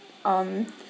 um